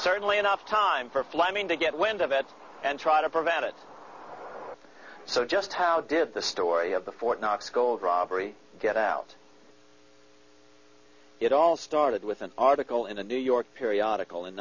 certainly enough time for fleming to get wind of it and try to prevent it so just how did the story of the fort knox gold robbery get out it all started with an article in a new york periodical in